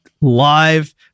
live